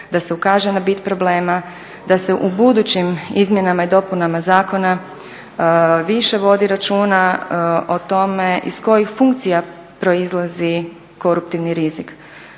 da se ukaže na bit problema, da se u budućim izmjenama i dopunama zakona više vodi računa o tome iz kojih funkcija proizlazi koruptivni rizik.